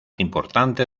importante